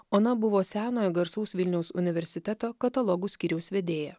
ona buvo senojo garsaus vilniaus universiteto katalogų skyriaus vedėja